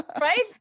Right